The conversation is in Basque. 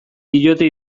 diote